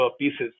pieces